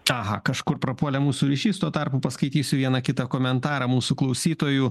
aha kažkur prapuolė mūsų ryšys tuo tarpu paskaitysiu vieną kitą komentarą mūsų klausytojų